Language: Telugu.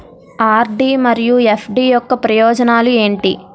ఆర్.డి మరియు ఎఫ్.డి యొక్క ప్రయోజనాలు ఏంటి?